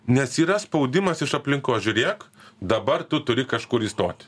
nes yra spaudimas iš aplinkos žiūrėk dabar tu turi kažkur įstoti